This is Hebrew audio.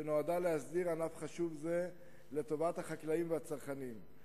שנועדה להסדיר ענף חשוב זה לטובת החקלאים והצרכנים.